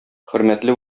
хөрмәтле